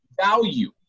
value